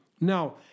Now